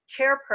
chairperson